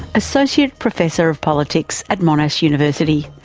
associate professor of politics at monash university.